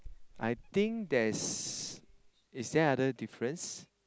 I think there's is there other difference